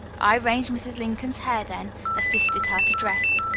i arranged mrs. lincoln's hair, then assisted her to dress.